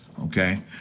okay